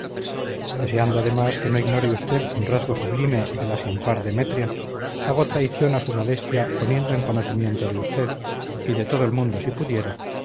deseando además que no ignore usted un rasgo sublime de la sin par demetria hago traición a su modestia poniendo en conocimiento de usted y de todo el mundo si pudiera